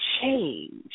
change